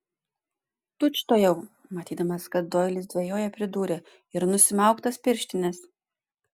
tučtuojau matydamas kad doilis dvejoja pridūrė ir nusimauk tas pirštines